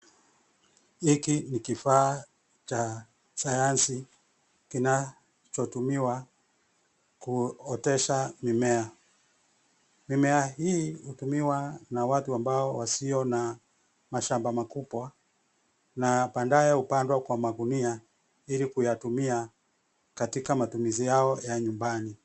Hiki ni kifaa cha sayabsi kinachotumiwa kuotesha mimea. Mimea inatumiwa na watu ambao wasio na mashamba makubwa na baadaye hupandwa kwa magunia ili kuyatumia katika matumizi yao ya nyumbani.